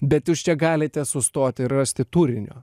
bet jūs čia galite sustoti rasti turinio